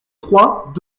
trois